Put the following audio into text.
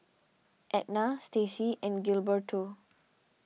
Edna Staci and Gilberto